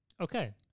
Okay